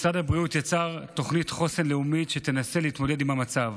משרד הבריאות יצר תוכנית חוסן לאומית שתנסה להתמודד עם המצב,